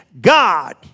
God